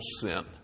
sin